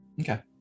Okay